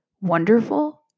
wonderful